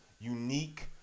unique